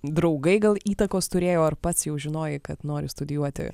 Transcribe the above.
draugai gal įtakos turėjo ar pats jau žinojai kad nori studijuoti